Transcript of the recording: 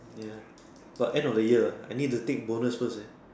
ya but end of the year I need to take bonuses first eh